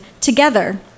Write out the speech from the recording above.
together